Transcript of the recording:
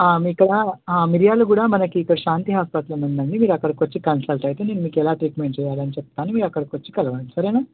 ఇక్కడ మిర్యాలగూడ మనకి ఇక్కడ శాంతి హాస్పిటల్ అని ఉంది అండి మీరు అక్కడికి వచ్చి కన్సల్ట్ అయితే మీకు ఎలా ట్రీట్మెంట్ చేయాలని చెప్తాను మీరు అక్కడికి వచ్చి కలవండి సరేనా